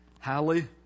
Hallie